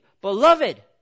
Beloved